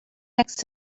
next